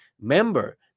member